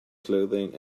clothing